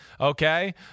okay